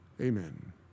amen